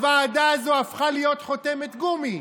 הוועדה הזו הפכה להיות חותמת גומי.